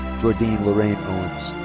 jordyne lorraine owens.